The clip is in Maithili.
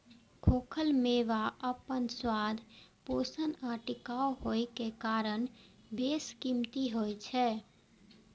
खूखल मेवा अपन स्वाद, पोषण आ टिकाउ होइ के कारण बेशकीमती होइ छै